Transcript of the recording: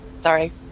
sorry